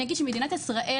אני אגיד שמדינת ישראל,